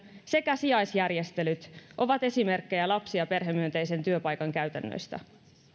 sekä sijaisjärjestelyt ovat esimerkkejä lapsi ja perhemyönteisen työpaikan käytännöistä